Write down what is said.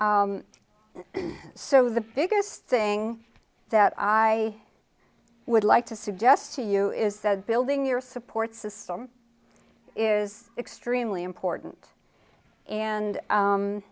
so the biggest thing that i would like to suggest to you is that building your support system is extremely important and